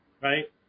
right